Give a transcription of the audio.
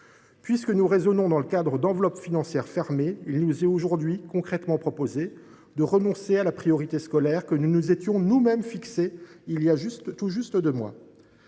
Puisque nous raisonnons dans le cadre d’enveloppes financières fermées, il nous est aujourd’hui concrètement proposé de renoncer à la priorité scolaire que nous nous étions nous mêmes fixée voilà tout juste deux mois.